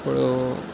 ఇప్పుడు